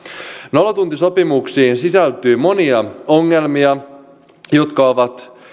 nollatuntisopimuksiin sisältyy monia ongelmia